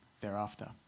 thereafter